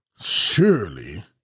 Surely